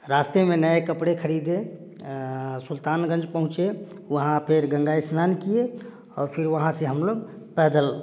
रास्ते में नए कपड़े खरीदे सुल्तानगंज पहुँचे वहाँ पर गंगा स्नान किए और फिर वहाँ से हम लोग पैदल